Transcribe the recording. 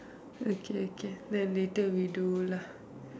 okay okay then later we do lah